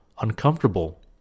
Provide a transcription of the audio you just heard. uncomfortable